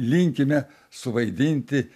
linkime suvaidinti